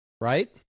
Right